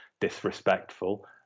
disrespectful